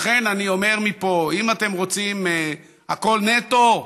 לכן אני אומר מפה: אם אתם רוצים הכול נטו,